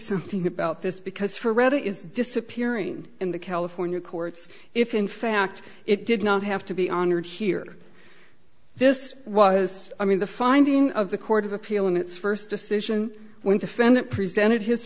something about this because forever is disappearing in the california courts if in fact it did not have to be honored here this was i mean the finding of the court of appeal in its first decision when defendant presented his